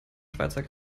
schweizer